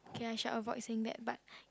okay I shall avoid saying that but